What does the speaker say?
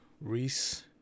Reese